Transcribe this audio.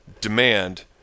demand